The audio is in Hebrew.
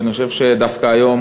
ואני חושב שדווקא היום